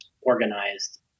organized